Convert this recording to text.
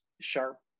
sharp